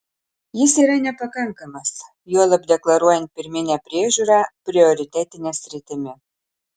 jis yra nepakankamas juolab deklaruojant pirminę priežiūrą prioritetine sritimi